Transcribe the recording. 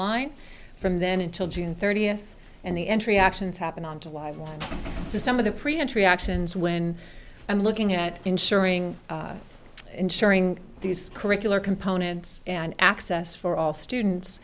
line from then until june thirtieth and the entry actions happen on to live up to some of the pre entry actions when i'm looking at ensuring ensuring these curricular components and access for all students